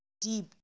deep